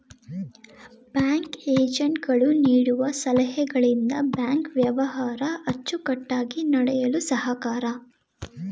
bank agent ಗಳು ನೀಡುವ ಸಲಹೆಗಳಿಂದ ಬ್ಯಾಂಕ್ ವ್ಯವಹಾರ ಅಚ್ಚುಕಟ್ಟಾಗಿ ನಡೆಯಲು ಸಹಾಯಕ